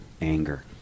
anger